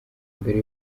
mbere